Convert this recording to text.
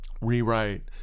rewrite